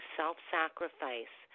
self-sacrifice